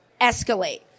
escalate